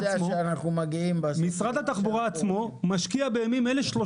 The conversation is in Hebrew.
אתה יודע שאנחנו מגיעים בסוף ל ----- משקיע בימים אלה 30